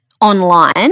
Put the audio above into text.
online